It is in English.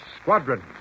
Squadron